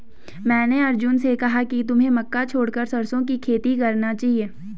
मैंने अर्जुन से कहा कि तुम्हें मक्का छोड़कर सरसों की खेती करना चाहिए